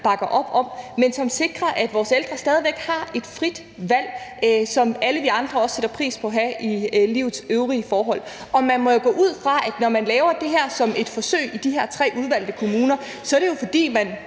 bakker op om, men som sikrer, at vores ældre stadig væk har et frit valg, som alle vi andre også sætter pris på at have i livets øvrige forhold. Og man må jo gå ud fra, at når man laver det her som et forsøg i de her tre udvalgte kommuner, er det jo, fordi man,